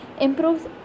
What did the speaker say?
improves